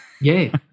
Yay